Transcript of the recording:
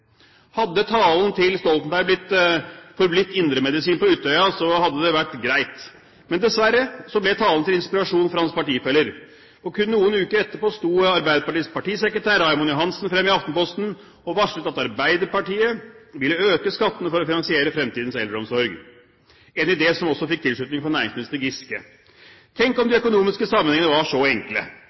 Hadde talen til Stoltenberg forblitt indremedisin på Utøya, hadde det vært greit, men dessverre ble talen til inspirasjon for hans partifeller. For kun noen uker etterpå sto Arbeiderpartiets partisekretær Raymond Johansen frem i Aftenposten og varslet at Arbeiderpartiet ville øke skattene for å finansiere fremtidens eldreomsorg, en idé som også fikk tilslutning fra næringsminister Trond Giske. Tenk om de økonomiske sammenhenger var så enkle?